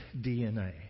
DNA